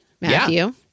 Matthew